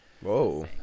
Whoa